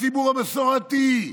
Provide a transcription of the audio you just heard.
הציבור המסורתי,